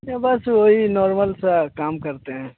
ये बस वही नॉर्मल सा काम करते हैं